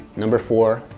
number four,